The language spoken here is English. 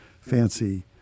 fancy